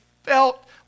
Felt